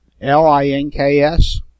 L-I-N-K-S